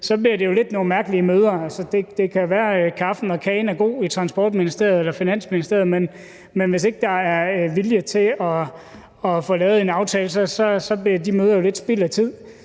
bliver det jo lidt nogle mærkelige møder. Det kan være, at kaffen og kagen er god i Transportministeriet eller Finansministeriet, men hvis ikke der er vilje til at få lavet en aftale, så bliver de møder jo lidt spild af tid.